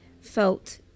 felt